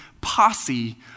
posse